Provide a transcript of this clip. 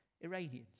Iranians